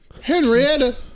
Henrietta